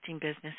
business